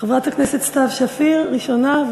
חברת הכנסת סתיו שפיר ראשונה,